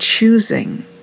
Choosing